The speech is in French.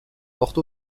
porte